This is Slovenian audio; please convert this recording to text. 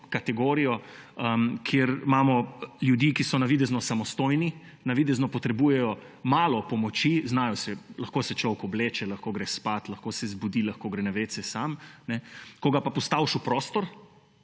kategorijo, kjer imamo ljudi, ki so navidezno samostojni, navidezno potrebujejo malo pomoči, lahko se človek obleče, lahko gre spat, lahko se zbudi, lahko gre na WC sam. Ko ga pa postaviš v prostor,